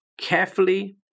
carefully